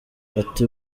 ati